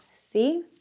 see